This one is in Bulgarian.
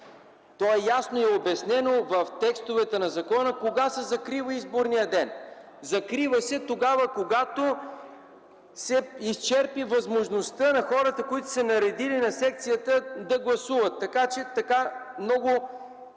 ден”. Ясно е обяснено в текстовете на закона кога се закрива изборният ден. Закрива се тогава, когато се изчерпи възможността на хората, които са се наредили пред секцията, да гласуват. Така текстът става много